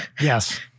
Yes